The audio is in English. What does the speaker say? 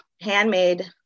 handmade